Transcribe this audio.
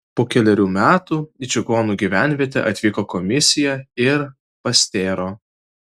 po kelerių metų į čigonų gyvenvietę atvyko komisija ir pastėro